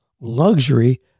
luxury